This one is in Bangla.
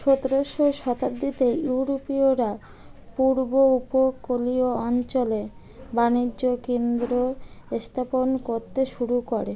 সতেরোশো শতাব্দীতে ইউরোপীয়রা পূর্ব উপকূলীয় অঞ্চলে বাণিজ্য কেন্দ্র স্থাপন করতে শুরু করে